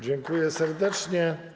Dziękuję serdecznie.